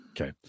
Okay